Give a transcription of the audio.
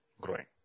growing